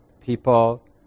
People